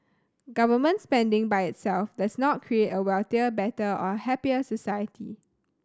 government spending by itself does not create a wealthier better or a happier society